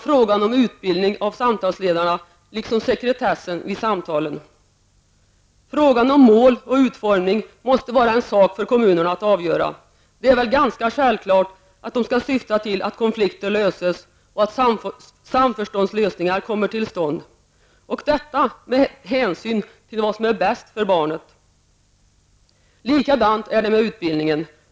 Frågan om utbildning av samtalsledarna tas också upp, liksom sekretessen vid samtalen. Frågan om mål och utformning måste vara en sak för kommunerna att avgöra. Det är väl ganska självklart att syftet skall vara att konflikter löses och att samförståndslösningar kommer till stånd, detta med hänsyn till vad som är bäst för barnet. Likadant är det med utbildningen.